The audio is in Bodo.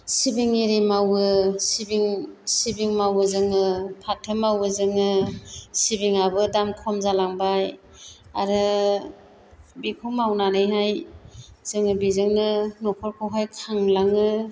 सिबिं इरि मावो सिबिं सिबिं मावो जोङो फाथो मावो जोङो सिबिङाबो दाम खम जालांबाय आरो बेखौ मावनानैहाय जोङो बेजोंनो न'खरखौहाय खांलाङो